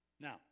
Now